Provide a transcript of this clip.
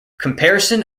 comparison